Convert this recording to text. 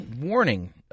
warning